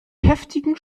heftigen